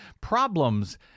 problems